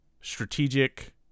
strategic